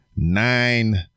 nine